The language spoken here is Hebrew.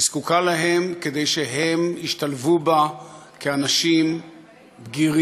היא זקוקה להם כדי שהם ישתלבו בה כאנשים בגירים,